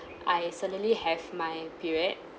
I suddenly have my period